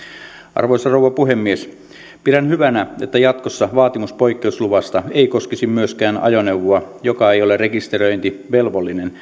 arvoisa rouva puhemies pidän hyvänä että jatkossa vaatimus poikkeusluvasta ei koskisi myöskään ajoneuvoa joka ei ole rekisteröintivelvollinen